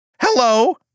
Hello